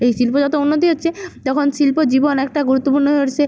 এই শিল্প যত উন্নত হচ্ছে তখন শিল্প জীবন একটা গুরুত্বপূর্ণ হয়ে উঠছে